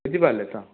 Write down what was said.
ବୁଝିପାରିଲେ ତ